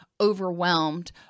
overwhelmed